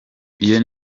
iyo